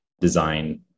design